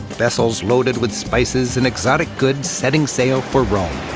vessels loaded with spices and exotic goods setting sail for rome.